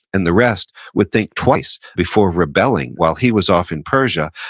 and the rest, would think twice before rebelling. while he was off in persia,